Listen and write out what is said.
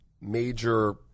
major